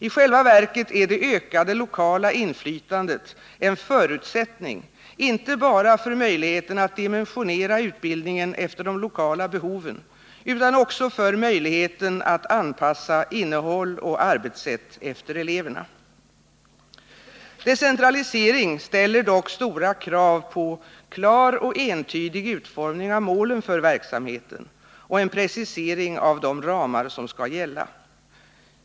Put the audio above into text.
I själva verket är det ökade lokala inflytandet en förutsättning inte bara för möjligheten att dimensionera utbildningen efter de lokala behoven utan också för möjligheten att anpassa innehåll och arbetssätt efter eleverna. Decentralisering ställer dock stora krav på klar och entydig utformning av målen för verksamheten och på en precisering av de ramar som skall gälla.